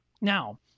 Now